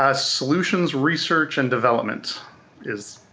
ah solutions research and development is.